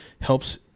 helps